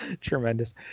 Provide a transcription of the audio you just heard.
tremendous